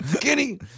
Kenny